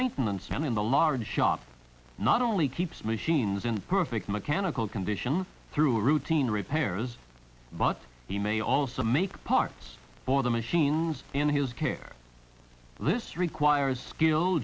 maintenance man in the large shop not only keeps machines in perfect mechanical condition through routine repairs but he may also make parts for the machines in his care this